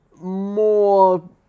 more